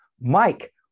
Mike